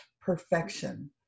perfection